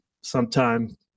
sometime